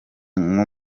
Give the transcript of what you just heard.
nko